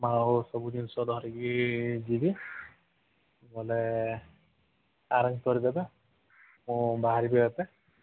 ଆଉ ସବୁ ଜିନିଷ ଧରିକି ଯିବି ବୋଲେ ଆରେଞ୍ଜ କରିଦେବେ ମୁଁ ବାହାରିବି ଏବେ